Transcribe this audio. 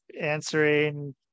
answering